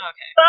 Okay